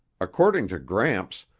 according to gramps,